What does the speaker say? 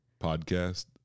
podcast